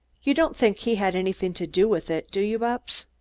you don't think he had anything to do with it, do you, bupps?